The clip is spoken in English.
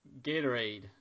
Gatorade